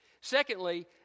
Secondly